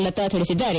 ಲತಾ ತಿಳಿಸಿದ್ದಾರೆ